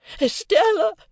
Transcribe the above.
Estella